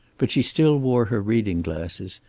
but she still wore her reading glasses,